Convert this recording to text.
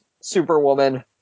superwoman